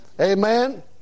Amen